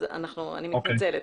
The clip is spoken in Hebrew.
אני מתנצלת.